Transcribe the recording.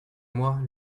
moi